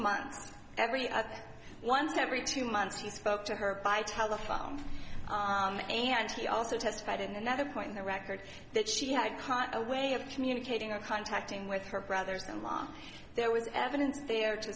months every other once every two months he spoke to her by telephone and he also testified in another point in the record that she had caught a way of communicating a contacting with her brothers in law there was evidence there to